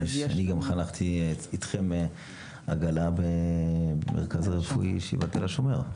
אני גם חנכתי איתכם עגלה במרכז הרפואי שיבא תל השומר.